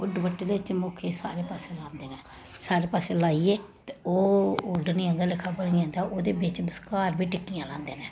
ओह् दपट्टे दे चमुक्खै सारे पास्सै लांदे न सारे पास्सै लाइयै ते ओह् ओढनी आंह्गर लेखा बनी जंदा ओह्दे बिच्च बश्कार फिर टिक्कियां लांदे न